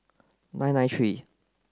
nine nine three